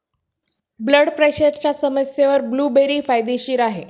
blood प्रेशरच्या समस्येवर blueberry फायदेशीर आहे